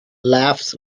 laughs